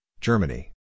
Germany